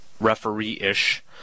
referee-ish